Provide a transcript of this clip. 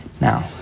Now